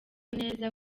neza